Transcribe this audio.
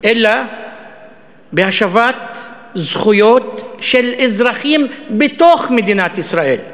אלא בהשבת זכויות של אזרחים בתוך מדינת ישראל.